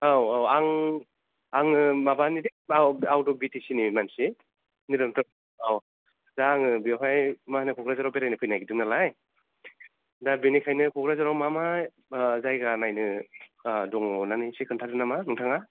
औ औ आं आङो माबानि दे आउट अफ बिटिसिनि मानसि निरन्जन औ दा आङो बेवहाय क'क्राझाराव बेरायनो फैनो नागिरदोंमोन नालाय दा बेनिखायनो क'क्राझाराव मा मा जायगा नायनो दङ होननानै एसे खोन्थादो नामा नोंथाङा